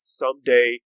someday